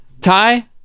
ty